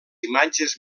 imatges